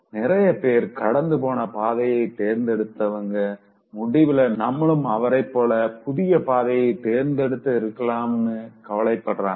நிறையபேர் கடந்து போன பாதைய தேர்ந்தெடுத்தவங்க முடிவுல நம்மளும் அவரைப்போல புதிய பாதய தேர்ந்தெடுத்து இருக்கலாமேனு கவலைப்படுராங்க